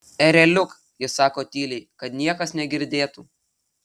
ereliuk ji sako tyliai kad niekas negirdėtų